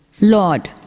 Lord